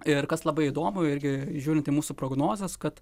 ir kas labai įdomu irgi žiūrint į mūsų prognozes kad